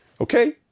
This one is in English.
Okay